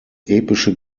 epische